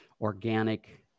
organic